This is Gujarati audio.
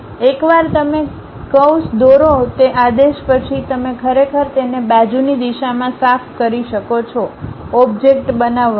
એકવાર તમે કર્વ્સ દોરો તે આદેશ પછી તમે ખરેખર તેને બાજુની દિશામાં સાફ કરી શકો છો ઓબ્જેક્ટ બનાવવા માટે